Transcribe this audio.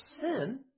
sin